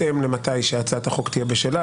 בהתאם למתי שהצעת החוק תהיה בשלה.